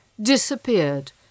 disappeared